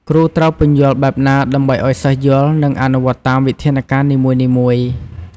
គ្រូត្រូវពន្យល់បែបណាដើម្បីឲ្យសិស្សយល់ និងអនុវត្តតាមវិធានការនីមួយៗ។